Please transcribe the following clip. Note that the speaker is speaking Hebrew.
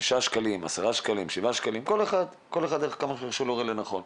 5 שקלים, 10 שקלים, כל אחד כפי שרואה לנכון.